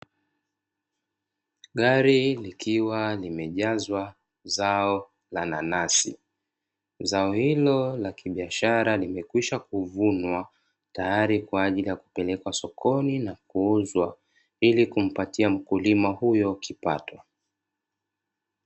Gari likiwa limejazwa zao la nanasi, zao hilo la kibiashara limekwisha kuvunwa tayari kwa ajili ya kupelekwa sokoni na kuuzwa ili kumpatia mkulima huyo kipato.